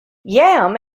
yam